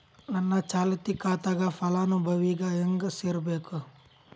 ನನ್ನ ಚಾಲತಿ ಖಾತಾಕ ಫಲಾನುಭವಿಗ ಹೆಂಗ್ ಸೇರಸಬೇಕು?